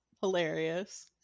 hilarious